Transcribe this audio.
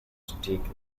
steak